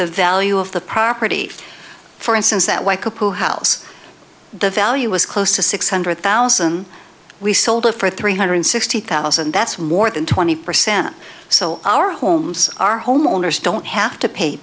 the value of the property for instance that white house the value was close to six hundred thousand we sold it for three hundred sixty thousand that's more than twenty percent so our homes our home owners don't have to pay